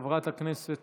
של חברת הכנסת